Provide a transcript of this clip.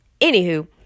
Anywho